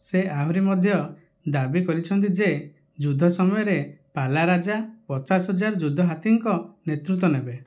ସେ ଆହୁରି ମଧ୍ୟ ଦାବି କରିଛନ୍ତି ଯେ ଯୁଦ୍ଧ ସମୟରେ ପାଲା ରାଜା ପଚାଶ ହଜାର ଯୁଦ୍ଧ ହାତୀଙ୍କ ନେତୃତ୍ୱ ନେବେ